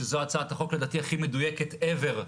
שזו הצעת החוק לדעתי הכי מדויקת ever,